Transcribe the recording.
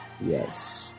Yes